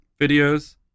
videos